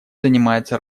занимается